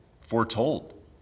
foretold